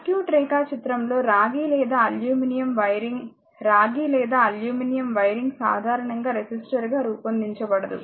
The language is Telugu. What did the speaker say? సర్క్యూట్ రేఖాచిత్రంలో రాగి లేదా అల్యూమినియం వైరింగ్ రాగి లేదా అల్యూమినియం వైరింగ్ సాధారణంగా రెసిస్టర్గా రూపొందించబడదు